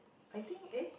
I think eh